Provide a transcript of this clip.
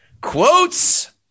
Quotes